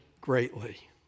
greatly